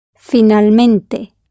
Finalmente